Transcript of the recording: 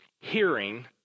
hearing